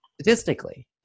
statistically